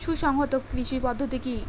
সুসংহত কৃষি পদ্ধতি কি?